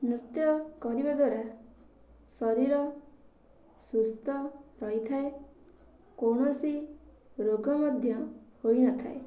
ନୃତ୍ୟ କରିବା ଦ୍ୱାରା ଶରୀର ସୁସ୍ତ ରହିଥାଏ କୌଣସି ରୋଗ ମଧ୍ୟ ହୋଇନଥାଏ